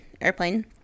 airplane